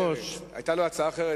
היתה לו הצעה אחרת,